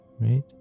right